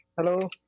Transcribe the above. Hello